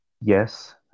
Yes